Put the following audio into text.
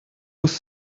was